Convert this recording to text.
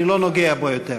אני לא נוגע בו יותר.